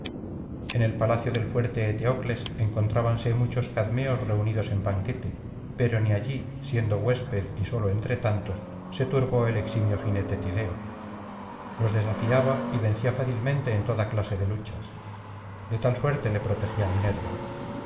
en el palacio del fuerte eteocles encontrábanse muchos cadmeos reunidos en banquete pero ni allí siendo huésped y solo entre tantos se turbó el eximio jinete tideo los desafiaba y vencía fácilmente en toda clase de luchas de tal suerte le protegía minerva